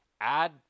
add